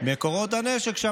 מקורות הנשק, מקורות הנשק.